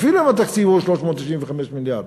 אפילו אם התקציב הוא 395 מיליארד.